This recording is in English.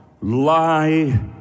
lie